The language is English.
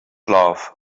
love